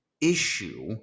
issue